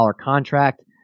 contract